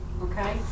okay